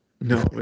No